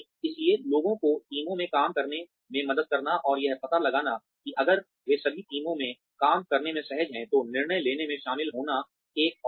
इसलिए लोगों को टीमों में काम करने में मदद करना और यह पता लगाना कि अगर वे सभी टीमों में काम करने में असहज हैं तो निर्णय लेने में शामिल होना एक और है